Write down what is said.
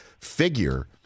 figure